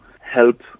help